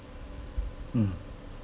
mm